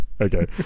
Okay